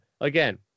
again